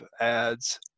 ads